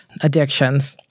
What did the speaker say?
addictions